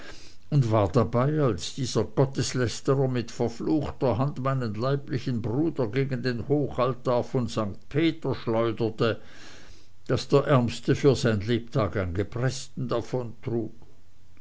und war dabei als dieser gotteslästerer mit verfluchter hand meinen leiblichen bruder gegen den hochaltar von st peter schleuderte daß der ärmste für sein lebtag ein gebresten